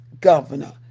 governor